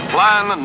Plan